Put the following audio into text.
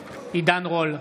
רול,